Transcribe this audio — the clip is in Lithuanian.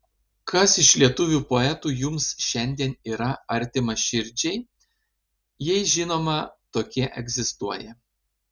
kas iš lietuvių poetų jums šiandien yra artimas širdžiai jei žinoma tokie egzistuoja